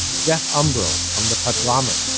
jeff umbro, from the podglomerate,